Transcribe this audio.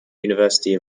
university